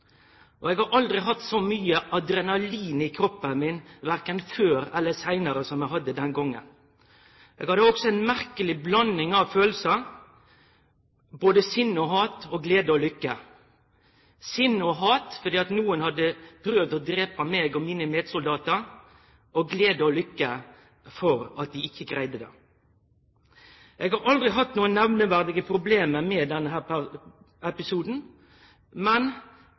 Og eg har aldri hatt så mykje adrenalin i kroppen verken før eller seinare som eg hadde den gongen. Eg hadde også ei merkeleg blanding av følelsar, både sinne og hat og glede og lykke – sinne og hat fordi nokon hadde prøvd å drepe meg og medsoldatane mine, og glede og lykke fordi dei ikkje greidde det. Eg har aldri hatt nemneverdige problem med denne episoden, men